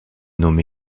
nommé